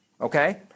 Okay